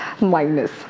minus